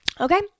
Okay